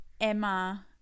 Emma